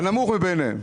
הנמוך מביניהם.